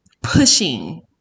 pushing